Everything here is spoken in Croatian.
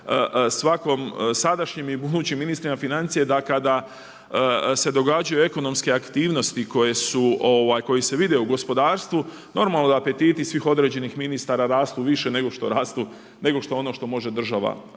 svakom sadašnjem i budućim ministrima financija da kada se događaju ekonomske aktivnosti koje se vide u gospodarstvu, normalno da apetiti svih određenih ministara rastu više nego što može država potrošiti.